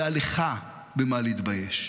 והיה לך במה להתבייש.